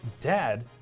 dad